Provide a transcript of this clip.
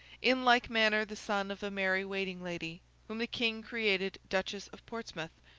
in like manner the son of a merry waiting-lady, whom the king created duchess of portsmouth,